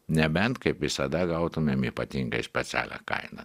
nebent kaip visada gautumėm ypatingai specialią kainą